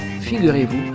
figurez-vous